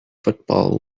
football